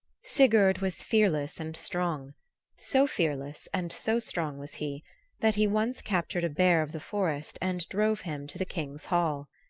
sigurd was fearless and strong so fearless and so strong was he that he once captured a bear of the forest and drove him to the king's hall.